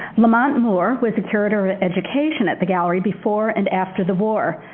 lamont moore was the curator of education at the gallery before and after the war.